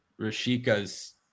Rashika's